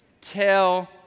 Tell